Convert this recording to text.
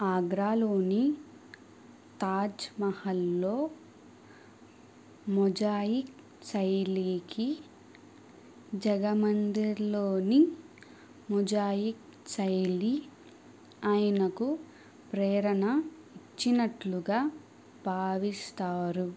ఆగ్రాలోని తాజ్మహల్లో మొజాయిక్ శైలికి జగమందిర్లోని మొజాయిక్ శైలి ఆయనకు ప్రేరణ ఇచ్చినట్లుగా భావిస్తారు